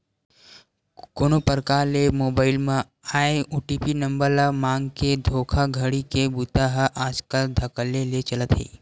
कोनो परकार ले मोबईल म आए ओ.टी.पी नंबर ल मांगके धोखाघड़ी के बूता ह आजकल धकल्ले ले चलत हे